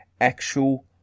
actual